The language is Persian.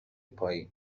پایین